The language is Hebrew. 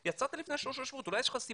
אם אתה יצאת לפני שלושה שבועות,